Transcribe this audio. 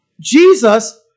Jesus